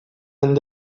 and